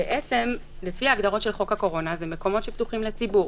לפי ההגדרות של חוק הקורונה אלה מקומות שרובם פתוחים לציבור.